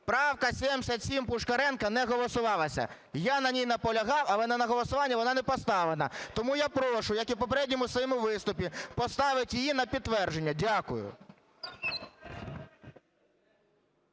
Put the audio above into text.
правка 77 Пушкаренка не голосувалася. Я на ній наполягав, але на голосування вона не поставлена. Тому я прошу, як і в попередньому своєму виступі, поставити її на підтвердження. Дякую.